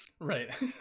right